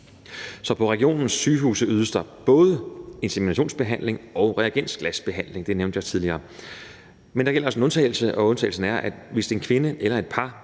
Så på regionens sygehuse ydes der både inseminationsbehandling og reagensglasbehandling, som jeg nævnte tidligere. Der gælder også en undtagelse, og undtagelsen er, hvis det er en kvinde eller et par,